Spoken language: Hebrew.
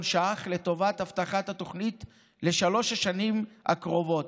ש"ח לטובת הבטחת התוכנית לשלוש השנים הקרובות.